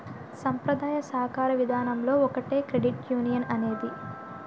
సాంప్రదాయ సాకార విధానంలో ఒకటే క్రెడిట్ యునియన్ అనేది